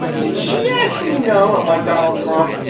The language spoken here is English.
did she actually know, unlike donald trump,